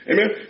Amen